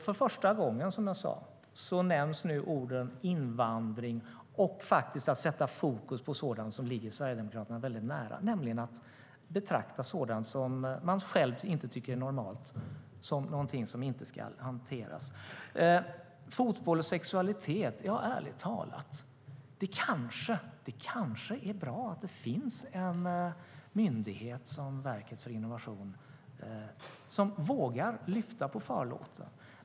För första gången nämns nu ordet invandring och att man ska sätta fokus på det som ligger Sverigedemokraterna väldigt nära, nämligen att betrakta sådant som man själv inte tycker är normalt som någonting som inte ska hanteras. När det gäller fotboll och sexualitet är det ärligt talat kanske bra att det finns en myndighet som Verket för innovation som vågar lyfta på förlåten.